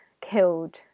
killed